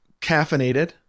caffeinated